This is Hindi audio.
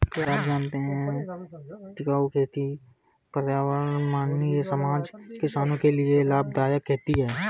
क्या आप जानते है टिकाऊ खेती पर्यावरण, मानवीय समाज, किसानो के लिए लाभदायक खेती है?